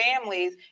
families